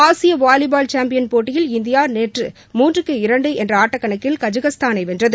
ஆசிய volleyball champion போட்டியில் India நேற்று மூன்றுக்கு இரண்டு என்ற ஆட்டக்கணக்கில் கஜகஸ்தானை வென்றது